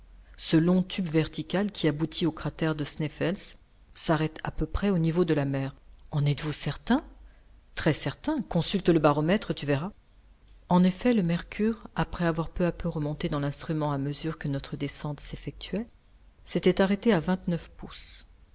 ce long tube vertical qui aboutit au cratère du sneffels s'arrête à peu près au niveau de la mer en êtes-vous certain très certain consulte le baromètre tu verras en effet le mercure après avoir peu à peu remonté dans l'instrument à mesure que notre descente s'effectuait s'était arrêté à vingt-neuf pouces